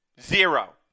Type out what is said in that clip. Zero